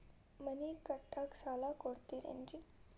ಮನಿ ಕಟ್ಲಿಕ್ಕ ಸಾಲ ಕೊಡ್ತಾರೇನ್ರಿ?